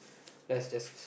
let's just